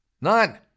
none